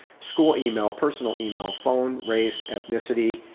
school email, personal email, phone, race, ethnicity,